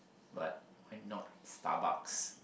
but why not Starbucks